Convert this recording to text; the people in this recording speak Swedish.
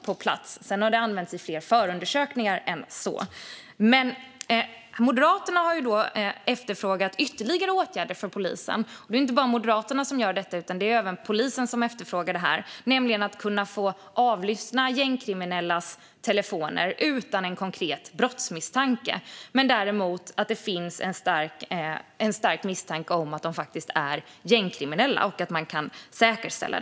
Det har använts i fler förundersökningar än så. Moderaterna har efterfrågat ytterligare åtgärder för polisen. Inte bara Moderaterna utan även polisen efterfrågar detta: att få avlyssna gängkriminellas telefoner utan en konkret brottsmisstanke men där det finns en stark misstanke om att de faktiskt är gängkriminella, vilket kan säkerställas.